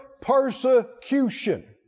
persecution